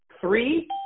three